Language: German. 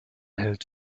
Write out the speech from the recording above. held